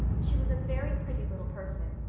she was a very pretty little person,